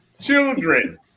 children